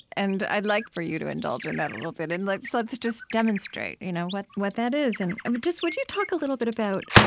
and i'd like for you to indulge in that a little bit, and let's let's just demonstrate you know what what that is. and but would you talk a little bit about